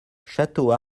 château